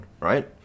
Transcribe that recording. right